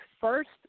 first